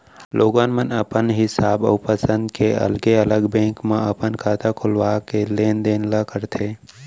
लोगन मन अपन हिसाब अउ पंसद के अलगे अलग बेंक म अपन खाता खोलवा के लेन देन ल करथे